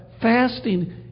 fasting